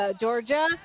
Georgia